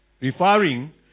Referring